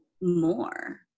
more